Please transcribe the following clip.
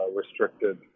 restricted